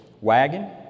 wagon